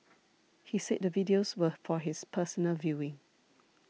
he said the videos were for his personal viewing